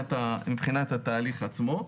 מבחינת התהליך עצמו.